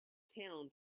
town